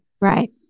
Right